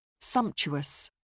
Sumptuous